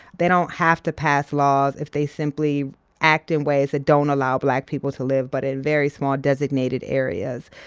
they don't have to pass laws if they simply act in ways that don't allow black people to live but in very small designated areas.